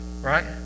right